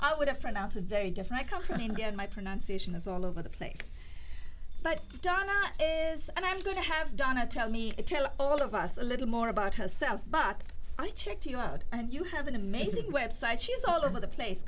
i would have pronounced a very different i come from india and my pronunciation is all over the place but donna is and i'm going to have donna tell me tell all of us a little more about herself but i checked you out and you have an amazing website she's all over the